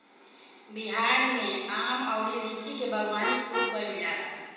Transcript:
बिहार में आम अउरी लीची के बागवानी खूब कईल जाला